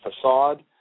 facade